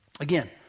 Again